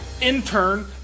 intern